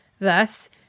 Thus